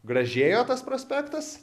gražėjo tas prospektas